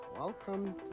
Welcome